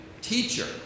Teacher